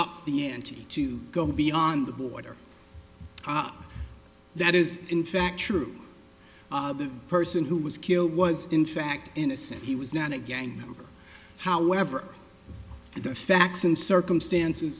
up the ante to go beyond the border that is in fact true of the person who was killed was in fact innocent he was not a gang member however the facts and circumstances